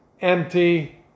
empty